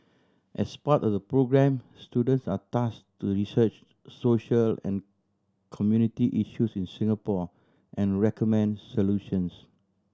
as part of the programme students are task to research social and community issues in Singapore and recommend solutions